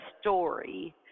story